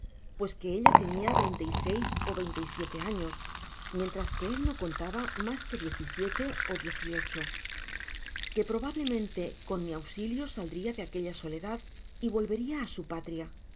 pues que ella tenia veinte y seis ó veinte y siete años mientras que él no contaba mas que diez y siete ó diez y ocho que probablemente con mi auxilio saldria de aquella soledad y volveria á su patria